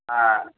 ஆ